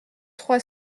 trois